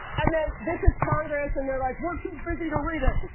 and then, this is congress and they're like, we're too busy to read it.